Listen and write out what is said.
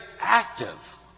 active